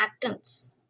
actants